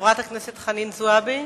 חברת הכנסת חנין זועבי,